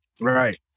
Right